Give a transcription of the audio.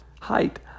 height